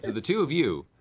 the two of you